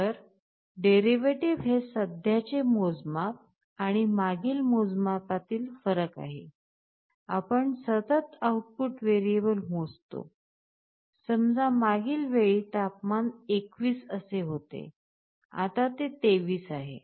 तर डेरिवेटिव हे सध्याचे मोजमाप आणि मागील मोजमापातील फरक आहे आपण सतत आउटपुट व्हेरिएबल मोजतो समजा मागील वेळी तापमान 21 असे होते आता ते 23 आहे